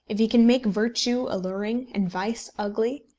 if he can make virtue alluring and vice ugly,